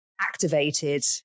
activated